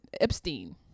Epstein